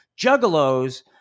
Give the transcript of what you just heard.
Juggalos